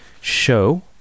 show